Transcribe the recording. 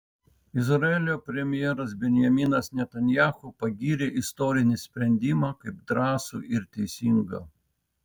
izraelio premjeras benjaminas netanyahu pagyrė istorinį sprendimą kaip drąsų ir teisingą